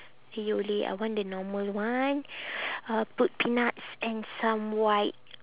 yole I want the normal one uh put peanuts and some white